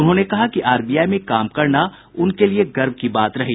उन्होंने कहा कि आरबीआई में काम करना उनके लिये गर्व की बात रही